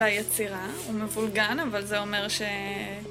היצירה, הוא מבולגן, אבל זה אומר ש...